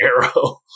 arrow